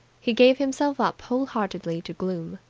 he gave himself up whole-heartedly to gloom.